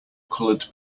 colored